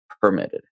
permitted